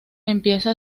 empieza